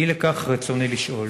אי לכך, רצוני לשאול: